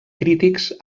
crítics